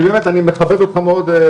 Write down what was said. באמת אני מכבד אותך מאוד,